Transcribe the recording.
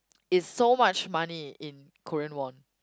it's so much money in Korean won